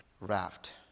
raft